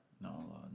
No